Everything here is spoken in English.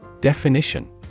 Definition